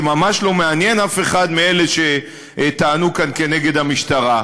זה ממש לא מעניין אף אחד מאלה שטענו כאן כנגד המשטרה.